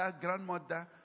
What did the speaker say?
grandmother